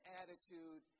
attitude